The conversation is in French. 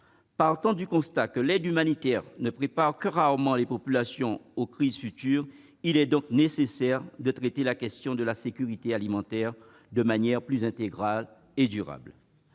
et le développement. L'aide humanitaire ne préparant que rarement les populations aux crises futures, il est nécessaire de traiter la question de la sécurité alimentaire de manière plus intégrée et durable.